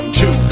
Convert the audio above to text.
two